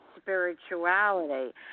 spirituality